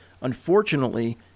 Unfortunately